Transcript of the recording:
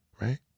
right